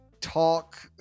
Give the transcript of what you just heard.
talk